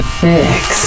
fix